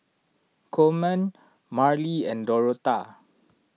Coleman Marlie and Dorotha